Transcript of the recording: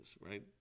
right